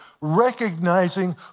recognizing